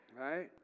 right